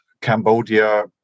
Cambodia